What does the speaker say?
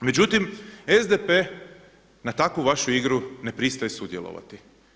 Međutim, SDP na takvu vašu igru ne pristaje sudjelovati.